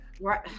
right